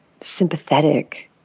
sympathetic